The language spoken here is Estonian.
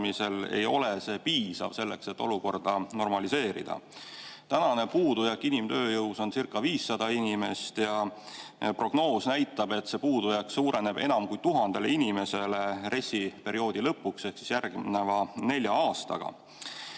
ei ole see piisav, et olukorda normaliseerida. Tänane puudujääk inimtööjõus oncirca500 inimest ja prognoos näitab, et see puudujääk suureneb enam kui 1000 inimesele RES‑i perioodi lõpuks ehk järgneva nelja aastaga.